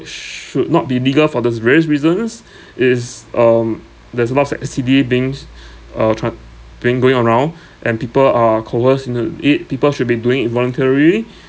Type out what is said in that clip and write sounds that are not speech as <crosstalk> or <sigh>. shou~ should not be legal for these various reasons <breath> is um there's a lot of sex S_T_D beings <breath> uh tran~ being going around <breath> and people are coerced into it people should be doing it voluntarily <breath>